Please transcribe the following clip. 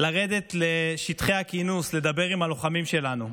לרדת לשטחי הכינוס, לדבר עם הלוחמים שלנו,